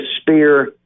spear